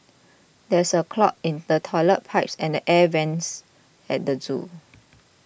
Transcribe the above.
there is a clog in the Toilet Pipe and Air Vents at the zoo